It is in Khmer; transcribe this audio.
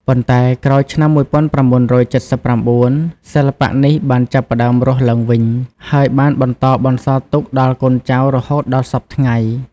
ប៉ុន្តែក្រោយឆ្នាំ១៩៧៩ សិល្បៈនេះបានចាប់ផ្ដើមរស់ឡើងវិញ ហើយបានបន្តបន្សល់ទុកដល់កូនចៅរហូតដល់សព្វថ្ងៃ។